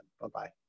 Bye-bye